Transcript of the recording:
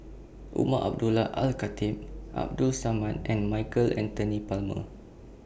Umar Abdullah Al Khatib Abdul Samad and Michael Anthony Palmer